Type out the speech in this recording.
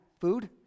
food